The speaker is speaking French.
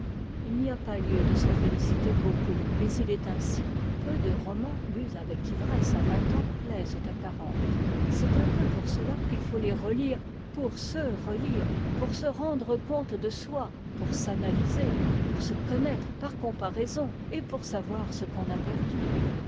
il n'y a pas lieu de s'en féliciter beaucoup mais il est ainsi peu de romans lus avec ivresse à vingt ans plaisent à quarante c'est un peu pour cela qu'il faut les relire pour se relire pour se rendre compte de soi pour s'analyser pour se connaître par comparaison et pour savoir ce qu'on a perdu